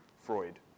Freud